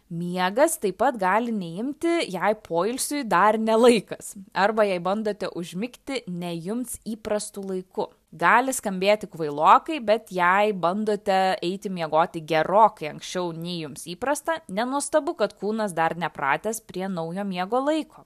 miegas taip pat gali neimti jei poilsiui dar ne laikas arba jei bandote užmigti ne jums įprastu laiku gali skambėti kvailokai bet jei bandote eiti miegoti gerokai anksčiau nei jums įprasta nenuostabu kad kūnas dar nepratęs prie naujo miego laiko